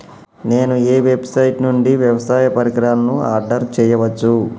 నేను ఏ వెబ్సైట్ నుండి వ్యవసాయ పరికరాలను ఆర్డర్ చేయవచ్చు?